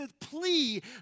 plea